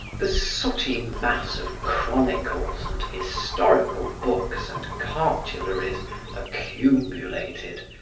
the sooty mass of chronicles and historical books and cartularies accumulated,